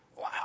Wow